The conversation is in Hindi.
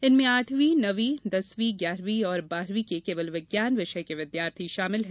इनमें आठवी नोवी दसवी ग्यारहवी और बारहवीं के केवल विज्ञान विषय के विद्यार्थी हैं